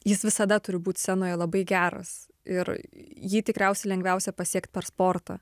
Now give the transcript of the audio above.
jis visada turi būt scenoje labai geras ir jį tikriausiai lengviausia pasiekt per sportą